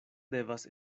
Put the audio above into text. devas